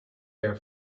their